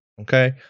Okay